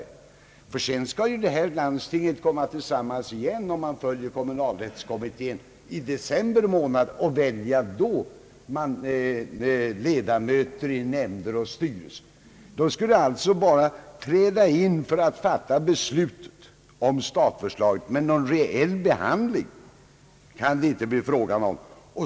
Om man följer kommunalrättskommitténs förslag, skulle landstinget samlas igen i december månad — efter tillträdet den 15 oktober — och då välja ledamöter i nämnder och styrelser. Det skulle då bara träda in för att fatta beslut om statförslaget, men någon reell behandling kan det inte bli fråga om.